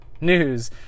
News